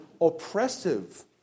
oppressive